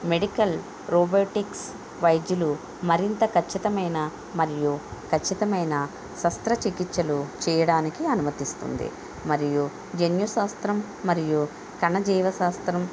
medical robotics వైద్యులు మరింత ఖచ్చితమైన మరియు ఖచ్చితమైన శస్త్ర చికిత్సలు చేయడానికి అనుమతిస్తుంది మరియు జన్యుశాస్త్రం మరియు కణ జీవశాస్త్రం